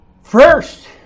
first